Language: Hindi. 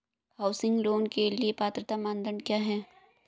हाउसिंग लोंन के लिए पात्रता मानदंड क्या हैं?